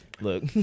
Look